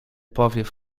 powiew